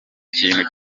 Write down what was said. ikintu